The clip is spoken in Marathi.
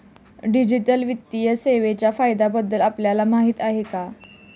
डिजिटल वित्तीय सेवांच्या फायद्यांबद्दल आपल्याला माहिती आहे का?